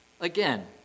Again